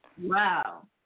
Wow